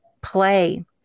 play